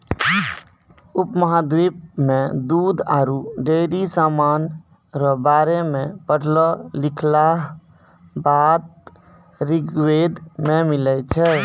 उपमहाद्वीप मे दूध आरु डेयरी समान रो बारे मे पढ़लो लिखलहा बात ऋग्वेद मे मिलै छै